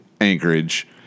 Anchorage